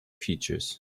features